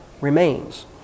remains